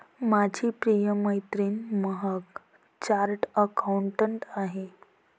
माझी प्रिय मैत्रीण महक चार्टर्ड अकाउंटंट आहे